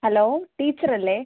hello teacher അല്ലേ